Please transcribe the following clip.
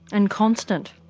and constant?